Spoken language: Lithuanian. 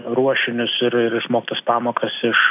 ruošinius ir ir išmoktas pamokas iš